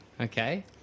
Okay